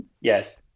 Yes